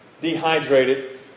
dehydrated